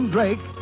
Drake